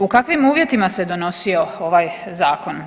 U kakvim uvjetima se donosio ovaj zakon?